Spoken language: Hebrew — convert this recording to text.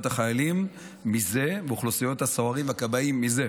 החיילים מזה ואוכלוסיות הסוהרים והכבאים מזה.